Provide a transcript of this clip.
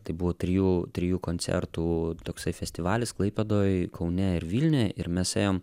tai buvo trijų trijų koncertų toksai festivalis klaipėdoj kaune ir vilniuje ir mes ėjom